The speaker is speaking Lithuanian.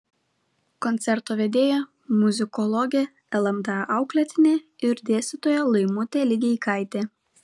koncerto vedėja muzikologė lmta auklėtinė ir dėstytoja laimutė ligeikaitė